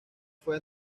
fue